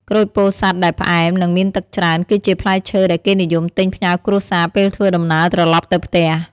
ក្រូចពោធិ៍សាត់ដែលផ្អែម និងមានទឹកច្រើន គឺជាផ្លែឈើដែលគេនិយមទិញផ្ញើគ្រួសារពេលធ្វើដំណើរត្រឡប់ទៅផ្ទះ។